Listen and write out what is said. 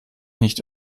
nicht